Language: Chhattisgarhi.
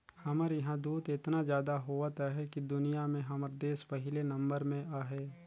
हमर इहां दूद एतना जादा होवत अहे कि दुनिया में हमर देस पहिले नंबर में अहे